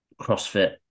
CrossFit